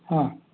ಹಾಂ